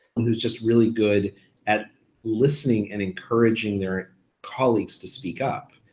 and who's just really good at listening and encouraging their colleagues to speak up,